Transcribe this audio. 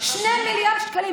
2 מיליארד שקלים,